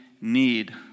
need